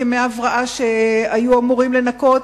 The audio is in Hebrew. את ימי ההבראה שהיו אמורים לנכות?